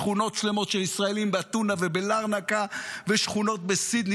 שכונות שלמות של ישראלים באתונה ובלרנקה ושכונות בסידני